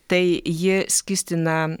tai ji skystina